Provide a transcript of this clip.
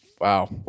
Wow